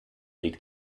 weg